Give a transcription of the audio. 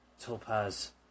Topaz